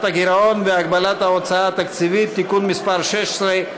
הגירעון והגבלת ההוצאה התקציבית (תיקון מס' 16),